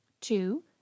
Two